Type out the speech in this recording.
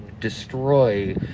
destroy